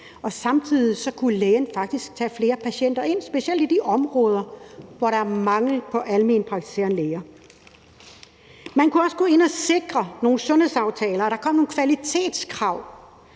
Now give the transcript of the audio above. samtidig kunne lægen faktisk tage flere patienter ind, specielt i de områder, hvor der er mangel på alment praktiserende læger. Man kunne også gå ind og sikre nogle sundhedsaftaler, så der kom nogle kvalitetskrav,